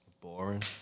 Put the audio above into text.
Boring